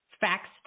facts